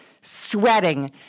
sweating